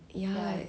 ya